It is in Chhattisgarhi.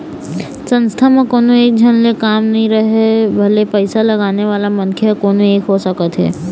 संस्था म कोनो एकझन ले काम नइ राहय भले पइसा लगाने वाला मनखे ह कोनो एक हो सकत हे